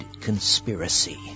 conspiracy